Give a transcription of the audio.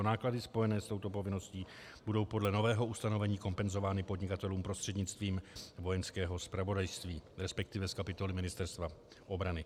Náklady spojené s touto povinností budou podle nového ustanovení kompenzovány podnikatelům prostřednictvím Vojenského zpravodajství, respektive z kapitoly Ministerstva obrany.